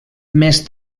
més